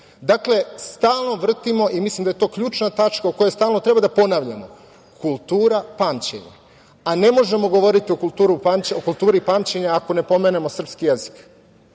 stalno vrtimo, mislim da je to ključna tačka o kojoj stalno treba da ponavljamo, kultura pamćenja, a ne možemo govoriti o kulturi pamćenja ako ne pomenemo srpski jezik. Srpski